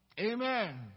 Amen